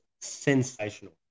sensational